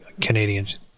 Canadians